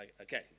okay